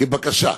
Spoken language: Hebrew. כבקשה.